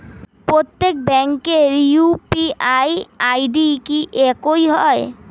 প্রত্যেক ব্যাংকের UPI ID কি একই হয়?